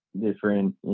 different